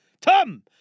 Tom